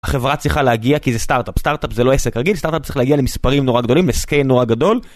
החברה צריכה להגיע כי זה סטארט-אפ, סטארט-אפ זה לא עסק רגיל, סטארט-אפ צריך להגיע למספרים נורא גדולים, לסקייל נורא גדול.